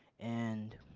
and